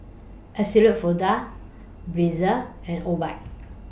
Absolut Vodka Breezer and Obike